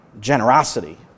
generosity